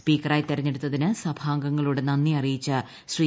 സ്പീക്കറായി തിരഞ്ഞെട്ടുത്തതിന് സഭാംഗങ്ങളോട് നന്ദി അറിയിച്ച ശ്രീ